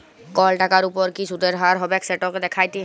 call টাকার উপর কি সুদের হার হবেক সেট দ্যাখাত